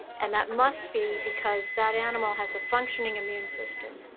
and that must be because that animal has a functioning immune system.